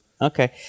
okay